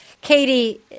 Katie